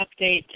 update